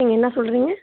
நீங்கள் என்ன சொல்லுறிங்க